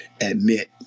admit